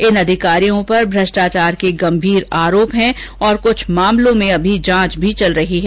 इन अधिकारियों पर भ्रष्टाचार के गंभीर आरोप है और कुछ मामलों में अभी भी जांच चल रही है